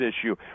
issue